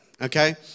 Okay